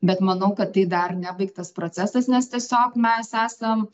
bet manau kad tai dar nebaigtas procesas nes tiesiog mes esam